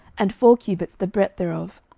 and four cubits the breadth thereof,